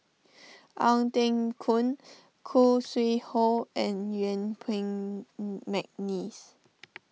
Ong Teng Koon Khoo Sui Hoe and Yuen Peng McNeice